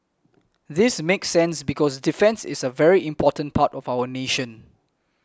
this makes sense because defence is a very important part of our nation